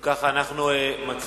אם כך, אנחנו מצביעים.